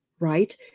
right